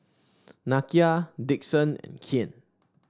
Nakia Dixon and Kian